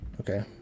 Okay